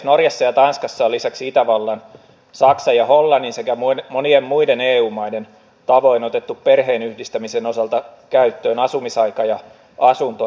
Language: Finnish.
norjassa ja tanskassa on lisäksi itävallan saksan ja hollannin sekä monien muiden eu maiden tavoin otettu perheenyhdistämisen osalta käyttöön asumisaika ja asuntoedellytys